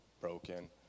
broken